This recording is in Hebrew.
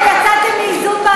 יצאתם מאיזון,